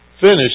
finish